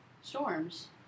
storms